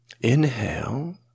Inhale